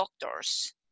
doctors